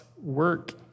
work